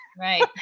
Right